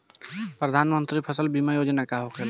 प्रधानमंत्री फसल बीमा योजना का होखेला?